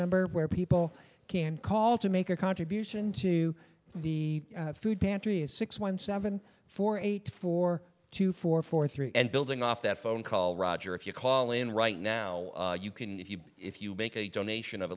number where people can call to make a contribution to the food pantry is six one seven four eight four two four four three and building off that phone call roger if you call in right now you can if you if you make a donation of